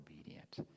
obedient